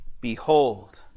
Behold